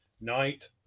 Night